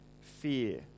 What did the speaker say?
fear